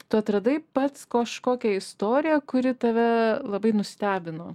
tu atradai pats kažkokią istoriją kuri tave labai nustebino